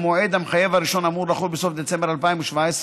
שהמועד המחייב הראשון אמור לחול בסוף דצמבר 2017,